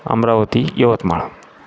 Amravati Yavatmal